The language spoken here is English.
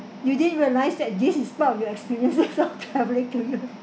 you didn't realise that this is part of your experience travelling